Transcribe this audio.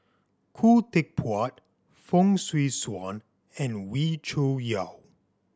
Khoo Teck Puat Fong Swee Suan and Wee Cho Yaw